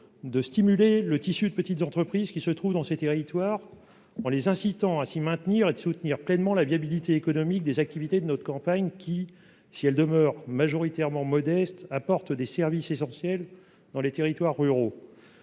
de stimuler le tissu de petites entreprises qui se trouvent sur ces territoires en les incitant à s'y maintenir et de soutenir pleinement la viabilité économique des activités de nos campagnes, qui, si elles demeurent majoritairement modestes, apportent des services essentiels dans les territoires ruraux.